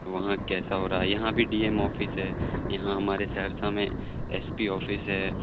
وہاں کیسا ہو رہا ہے یہاں بھی ڈی ایم آفس ہے یہاں ہمارے سہرسہ میں ایس پی آفس ہے